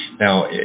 Now